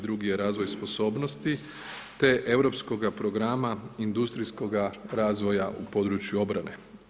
Drugi je razvoj sposobnosti te Europskoga programa industrijskoga razvoja u području obrane.